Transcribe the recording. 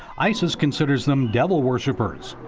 isis considers them devil worshippers.